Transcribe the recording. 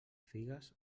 figues